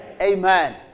Amen